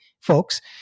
folks